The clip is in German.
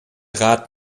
rat